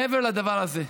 מעבר לדבר הזה,